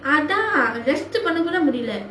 அதான்:athaan rest பண்ண கூட முடியிலை:panna kooda mudiyillai